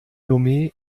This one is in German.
lomé